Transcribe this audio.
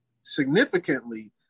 significantly